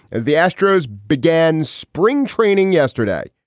as the astros began spring training yesterday,